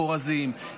בכורזים,